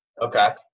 okay